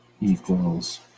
equals